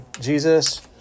Jesus